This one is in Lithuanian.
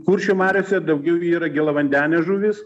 kuršių mariose daugiau yra gėlavandenės žuvys